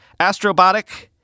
Astrobotic